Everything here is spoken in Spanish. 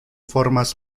formas